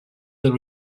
the